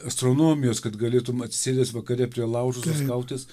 astronomijos kad galėtum atsisėdęs vakare prie laužo su skautais